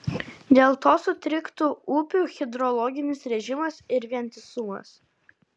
dėl to sutriktų upių hidrologinis režimas ir vientisumas